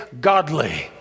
godly